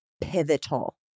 pivotal